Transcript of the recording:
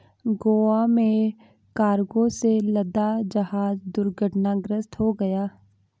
गोवा में कार्गो से लदा जहाज दुर्घटनाग्रस्त हो गया